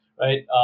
Right